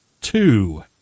two